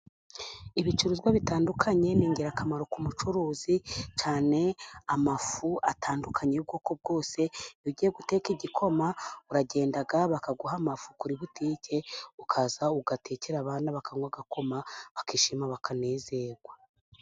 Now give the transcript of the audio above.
Ibicuruzwa bitandukanye ni ingirakamaro ku mucuruzi, cyane amafu atandukanye y'ubwoko bwose. Iyo ugiye guteka igikoma, uragenda bakaguha amafu kuri butike ukaza ugatekera abana bakanywa agakoma, bakishima bakanezerwa.